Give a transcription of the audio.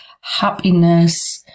happiness